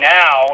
now